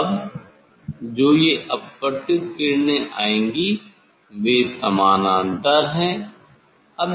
अब जो ये अपवर्तित किरणें आएंगी वे समानांतर है